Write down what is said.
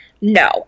No